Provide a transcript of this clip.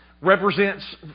represents